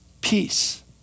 Peace